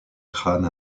crâne